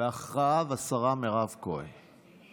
אחריו, השרה מירב כהן.